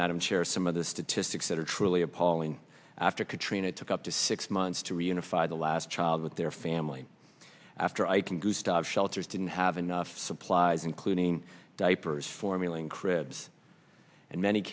madam chair some of the statistics that are truly appalling after katrina took up to six months to reunify the last child with their family after i can do stop shelters didn't have enough supplies including diapers formula and cribs and many